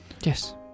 Yes